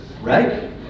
right